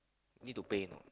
need to pay or not